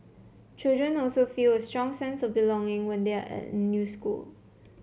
children also feel a strong sense of belonging when they are in a new school